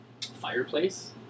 fireplace